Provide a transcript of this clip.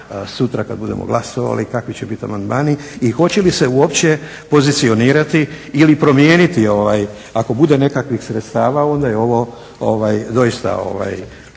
sutra kada budemo glasovali kakvi će biti amandmani i hoće li se uopće pozicionirati ili promijeniti. Ako bude nekakvih sredstava onda je ovo doista